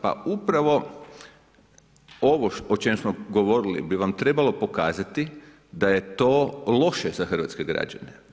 Pa upravo ovo o čem smo govorili, bi vam trebalo pokazati, da je to loše za hrvatske građane.